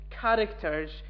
characters